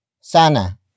Sana